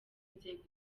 nzego